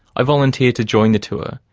i volunteered to join the tour,